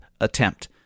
attempt